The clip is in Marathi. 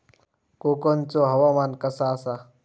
कोकनचो हवामान कसा आसा?